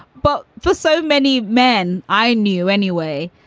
but for so many men i knew anyway,